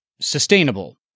sustainable